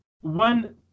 one